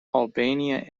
albania